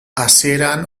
hasieran